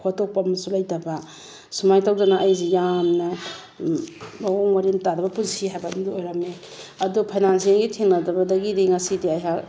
ꯍꯣꯠꯇꯣꯛꯐꯝꯁꯨ ꯂꯩꯇꯕ ꯁꯨꯃꯥꯏ ꯇꯧꯗꯅ ꯑꯩꯁꯤ ꯌꯥꯝꯅ ꯃꯑꯣꯡ ꯃꯔꯤꯟ ꯇꯥꯗꯕ ꯄꯨꯟꯁꯤ ꯍꯥꯏꯕꯗꯨ ꯑꯃ ꯑꯣꯏꯔꯝꯃꯦ ꯑꯗꯣ ꯐꯥꯏꯅꯥꯟꯁꯤꯑꯦꯜꯒꯤ ꯊꯦꯡꯅꯖꯕꯗꯒꯤꯗꯤ ꯉꯁꯤꯗꯤ ꯑꯩꯍꯥꯛ